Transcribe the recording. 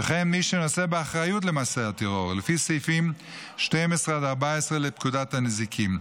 וכן מי שנושא באחריות למעשה הטרור לפי סעיפים 12 עד 14 לפקודת הנזיקין,